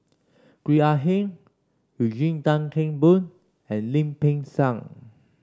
Gwee Ah Hing Eugene Tan Kheng Boon and Lim Peng Siang